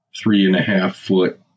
three-and-a-half-foot